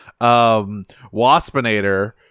waspinator